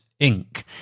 Inc